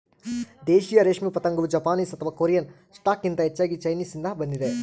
ದೇಶೀಯ ರೇಷ್ಮೆ ಪತಂಗವು ಜಪಾನೀಸ್ ಅಥವಾ ಕೊರಿಯನ್ ಸ್ಟಾಕ್ಗಿಂತ ಹೆಚ್ಚಾಗಿ ಚೈನೀಸ್ನಿಂದ ಬಂದಿದೆ